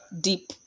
deep